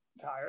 tired